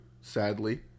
sadly